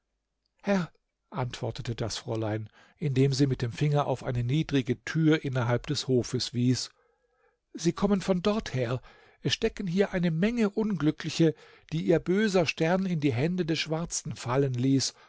herr antwortete das fräulein indem sie mit dem finger auf eine niedrige tür innerhalb des hofes wies sie kommen von dorther es stecken hier eine menge unglückliche die ihr böser stern in die hände des schwarzen fallen ließ